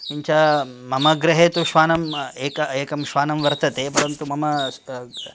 किञ्च मम गृहे तु श्वानम् एव एकं श्वानं वर्तते परन्तु मम